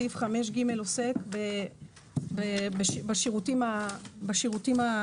סעיף 5ג עוסק בשירותים הבסיסיים.